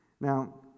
Now